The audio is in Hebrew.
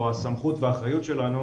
או הסמכות והאחריות שלנו